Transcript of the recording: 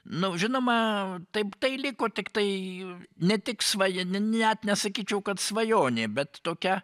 nu žinoma taip tai liko tiktai ne tik svajone net nesakyčiau kad svajonė bet tokia